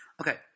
Okay